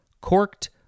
corked